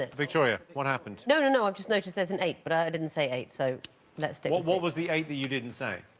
victoria what happened? no. no, i'm just noticed. there's an eight but i didn't say eight so let's take what what was the eight that you didn't say?